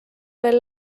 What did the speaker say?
veel